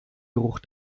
geruch